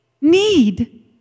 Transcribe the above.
need